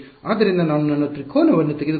ಆದ್ದರಿಂದ ನಾನು ನನ್ನ ತ್ರಿಕೋನವನ್ನು ತೆಗೆದುಕೊಳ್ಳುತ್ತೇನೆ